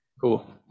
Cool